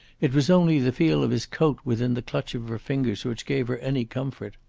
it was only the feel of his coat within the clutch of her fingers which gave her any comfort.